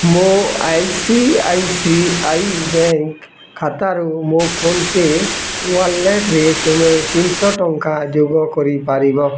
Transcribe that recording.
ମୋ I C I C I bank ଖାତାରୁ ମୋ ଫୋନ୍ପେ ୱାଲେଟ୍ରେ ତୁମେ ତିନି ଶହ ଟଙ୍କା ଯୋଗ କରିପାରିବ